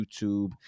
YouTube